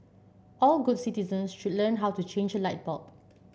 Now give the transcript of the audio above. all good citizens should learn how to change a light bulb